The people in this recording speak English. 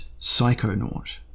psychonaut